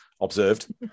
observed